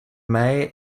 may